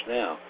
now